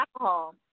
alcohol